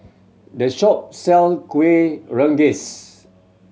this shop sell Kuih Rengas